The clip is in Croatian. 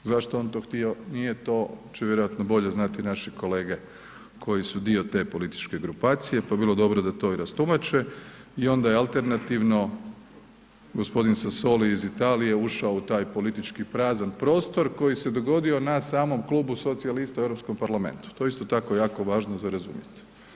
Zašto on to htio nije, to će vjerojatno bolje znati naše kolege koji su dio te političke grupacije, pa bi bilo dobro da to i rastumače i onda je alternativno g. Sasoli iz Italije ušao u taj politički prazan prostor koji se dogodio na samom klubu socijalista u Europskom parlamentu, to je isto tako jako važno za razumjet.